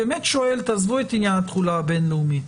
תעזבו את עניין התחולה הבין-לאומית,